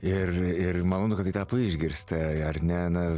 ir ir malonu kad tai tapo išgirsta ar ne na